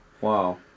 Wow